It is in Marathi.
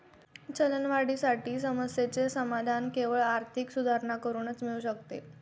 चलनवाढीच्या समस्येचे समाधान केवळ आर्थिक सुधारणा करूनच मिळू शकते